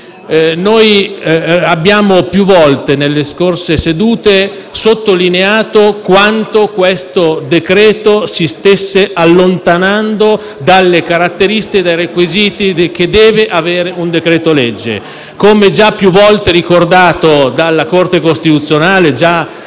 abbiamo più volte sottolineato quanto questo provvedimento si stesse allontanando dalle caratteristiche e dai requisiti che deve avere un decreto-legge. Come già più volte ricordato dalla Corte costituzionale nel